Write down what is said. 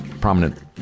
prominent